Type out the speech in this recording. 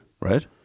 Right